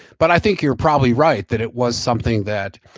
but i think you're probably right that it was something that,